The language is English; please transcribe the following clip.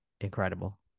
Incredible